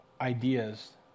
ideas